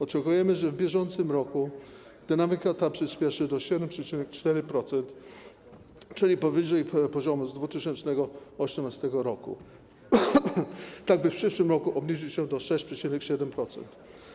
Oczekujemy, że w bieżącym roku dynamika ta przyśpieszy do 7,4%, czyli powyżej poziomu z 2013 r., tak by w przyszłym roku obniżyć ją do 6,7%